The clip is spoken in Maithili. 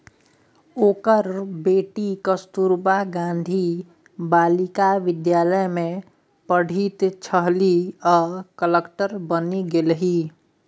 ओकर बेटी कस्तूरबा गांधी बालिका विद्यालय मे पढ़ैत छलीह आ कलेक्टर बनि गेलीह